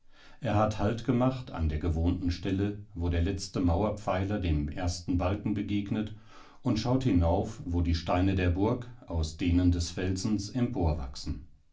er hat halt gemacht an der gewohnten stelle wo der letzte mauerpfeiler dem ersten balken begegnet und schaut hinauf wo die steine der burg aus denen des felsens